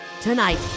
Tonight